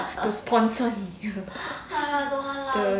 to sponsor 你的 the